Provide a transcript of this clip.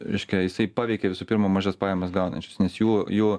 reiškia jisai paveikia visų pirma mažas pajamas gaunančius nes jų jų